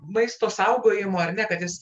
maisto saugojimo ar ne kad jis